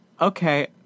Okay